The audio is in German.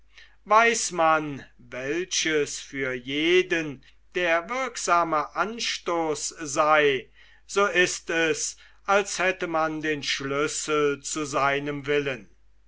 weiß man welches für jeden der wirksame anstoß sei so ist es als hätte man den schlüssel zu seinem willen